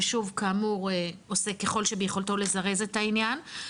ששוב כאמור עושה ככל שביכולתו לזרז את העניין.